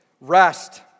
rest